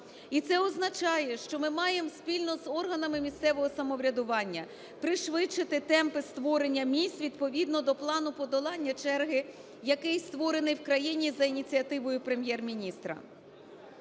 І це означає, що ми маємо спільно з органами місцевого самоврядування пришвидшити темпи створення місць відповідно до Плану подолання черги, який створений в країні за ініціативою Прем'єр-міністра.